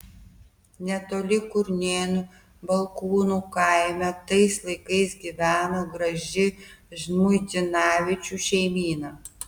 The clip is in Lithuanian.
netoli kurnėnų balkūnų kaime tais laikais gyveno graži žmuidzinavičių šeimyna